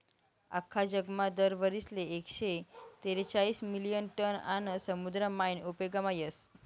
आख्खा जगमा दर वरीसले एकशे तेरेचायीस मिलियन टन आन्न समुद्र मायीन उपेगमा येस